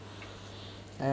uh